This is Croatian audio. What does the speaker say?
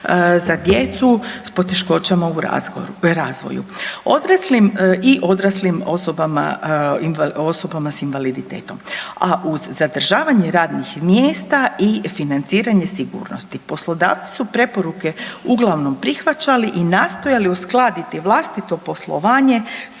za djecu s poteškoćama u razvoju i odraslim osobama s invaliditetom, a uz zadržavanje radnih mjesta i financiranje sigurnosti. Poslodavci su preporuke uglavnom prihvaćali i nastojali uskladiti vlastito poslovanje s